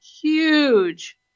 huge